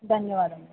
ధన్యవాదములు